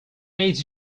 made